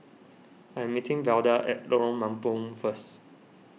I am meeting Velda at Lorong Mambong first